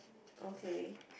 okay